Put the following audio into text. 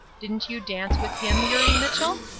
didn't you dance with him, eurie mitchell?